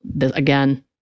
again